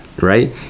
right